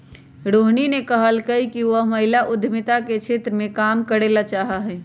रोहिणी ने कहल कई कि वह महिला उद्यमिता के क्षेत्र में काम करे ला चाहा हई